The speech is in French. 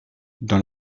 dans